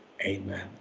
Amen